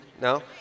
No